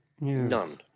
none